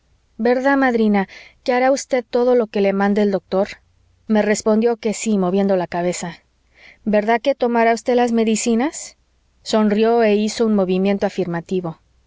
verdad madrina que hará usted todo lo que le mande el doctor me respondió que sí moviendo la cabeza verdad que tomará usted las medicinas sonrió e hizo un movimiento afirmativo